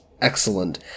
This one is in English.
excellent